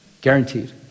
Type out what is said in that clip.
Guaranteed